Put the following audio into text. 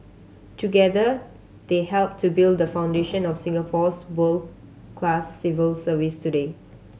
together they helped to build the foundation of Singapore's world class civil service today